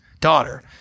daughter